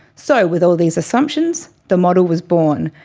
so with all these assumptions, the model was born.